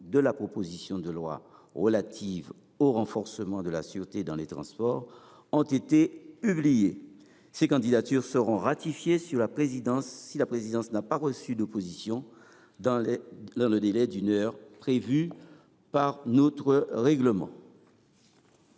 de la proposition de loi relative au renforcement de la sûreté dans les transports ont été publiées. Ces candidatures seront ratifiées si la présidence ne reçoit pas d’opposition dans le délai d’une heure prévu par notre règlement.